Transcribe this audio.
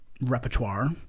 repertoire